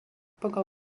pagal